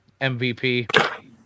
MVP